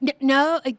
No